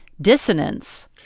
dissonance